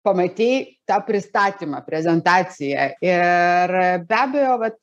pamatei tą pristatymą prezentaciją ir be abejo vat